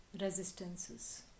Resistances